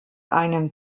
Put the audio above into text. einem